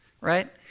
right